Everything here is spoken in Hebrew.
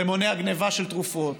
זה מונע גנבה של תרופות,